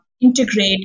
integrate